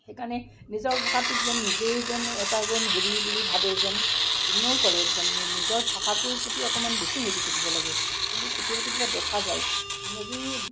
সেইকাৰণে নিজৰ ভাষাটোক যে নিজেই যেন এটা যেন হেৰি বুলি ভাৱে যেন ইগন'ৰ কৰে নিজৰ ভাষাটোৰ প্ৰতি অকণমান বেছি হেৰি থাকিব লাগে কিন্তু কেতিয়াবা কেতিয়াবা দেখা যায় ইংৰাজী